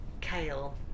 kale